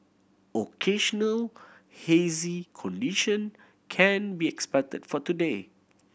occasional hazy condition can be expected for today